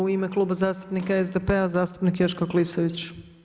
U ime Kluba zastupnika SDP-a zastupnik Joško Klisović.